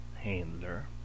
Handler